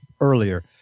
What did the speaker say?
earlier